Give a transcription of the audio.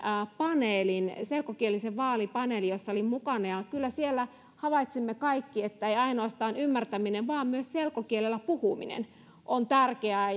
selkokielisen vaalipaneelin jossa olin mukana kyllä siellä havaitsimme kaikki että ei ainoastaan ymmärtäminen vaan myös selkokielellä puhuminen on tärkeää